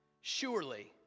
surely